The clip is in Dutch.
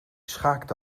schaakte